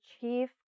chief